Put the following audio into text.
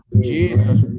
Jesus